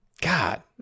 God